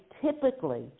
typically